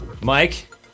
Mike